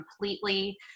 completely